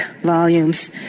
volumes